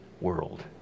world